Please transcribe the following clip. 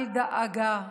אל דאגה,